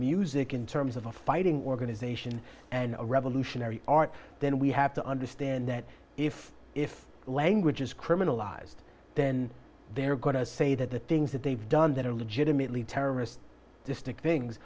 music in terms of a fighting organization and a revolutionary art then we have to understand that if if language is criminalized then they're going to say that the things that they've done that are legitimately terrorist distinct things